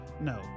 No